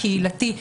הקהילתי,